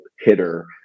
hitter